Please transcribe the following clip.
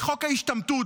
בחוק ההשתמטות,